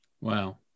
Wow